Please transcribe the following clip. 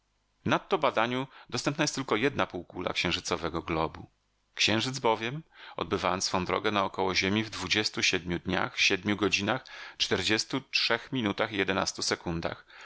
widocznych nadto badaniu dostępna jest tylko jedna półkula księżycowego globu księżyc bowiem odbywając swą drogę naokoło ziemi w dwudziestu siedmiu dniach siedmiu godzinach czterdziestu trzech minutach i jedenastu sekundach